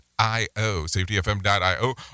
safetyfm.io